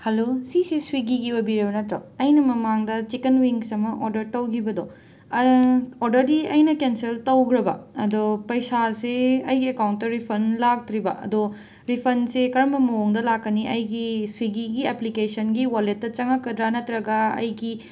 hello ꯁꯤꯁꯦ ꯁ꯭ꯋꯤꯒꯤꯒꯤ ꯑꯣꯏꯕꯤꯔꯕ ꯅꯠꯇ꯭ꯔꯣ ꯑꯩꯅ ꯃꯃꯥꯡꯗ ꯆꯤꯀꯟ ꯋꯤꯡꯁ ꯑꯃ ꯑꯣꯗꯔ ꯇꯧꯒꯤꯕꯗꯣ ꯑꯣꯔꯗꯔꯗꯤ ꯑꯩꯅ ꯀꯦꯟꯁꯜ ꯇꯧꯈ꯭ꯔꯕ ꯑꯗꯣ ꯄꯩꯁꯥꯁꯦ ꯑꯩꯒꯤ ꯑꯀꯥꯎꯟꯇ ꯔꯤꯐꯟ ꯂꯥꯛꯇ꯭ꯔꯤꯕ ꯑꯗꯣ ꯔꯤꯐꯟꯁꯦ ꯀꯔꯝꯕ ꯃꯑꯣꯡꯗ ꯂꯥꯛꯀꯅꯤ ꯑꯩꯒꯤ ꯁ꯭ꯋꯤꯒꯤꯒꯤ ꯑꯦꯄ꯭ꯂꯤꯀꯦꯁꯟꯒꯤ ꯋꯥꯂꯦꯠꯇ ꯆꯪꯂꯛꯀꯗ꯭ꯔ ꯅꯠꯇ꯭ꯔꯒ ꯑꯩꯒꯤ